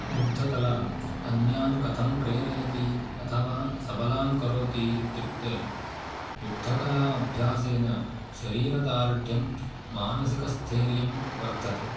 युद्धकलाम् अन्यान् कथं प्रेरयति अथवा सबलान् करोति इत्युक्ते युद्धकला अभ्यासेन शरीरदार्ढ्यं मानसिकस्थैर्यं वर्धते